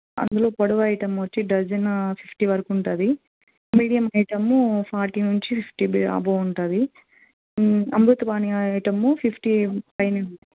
అందులో పొడవు ఐటమ్ వచ్చి డజను ఫిఫ్టీ వరకు ఉంటుంది మీడియం ఐటము ఫార్టీ నుంచి ఫిఫ్టీ అబోవ్ ఉంటుంది అమృతపాణి ఐటము ఫిఫ్టీ పైనే